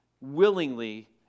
willingly